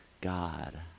God